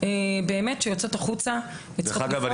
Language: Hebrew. דרך אגב,